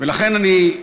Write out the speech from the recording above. ולכן אני,